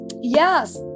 Yes